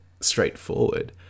straightforward